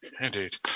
indeed